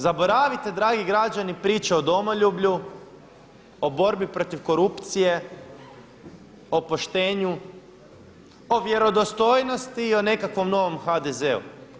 Zaboravite dragi građani priče o domoljublju, o borbi protiv korupcije, o poštenju, o vjerodostojnosti i o nekakvom novom HDZ-u.